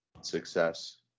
success